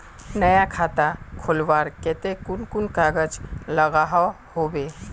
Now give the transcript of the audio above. नया खाता खोलवार केते कुन कुन कागज लागोहो होबे?